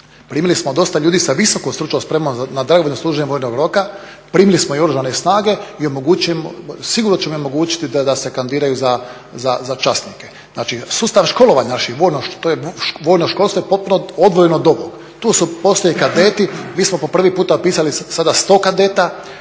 primili smo dosta ljudi sa visokom stručnom spremom na dobrovoljno služenje vojnog roka, primili smo i Oružane snage i sigurno ćemo im omogućiti da se kandidiraju za časnike. Znači sustav školovanja …, vojno školstvo je potpuno odvojeno od ovog. Postoje kadeti, mi smo po prvi puta pisali sada 100 kadeta,